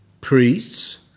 priests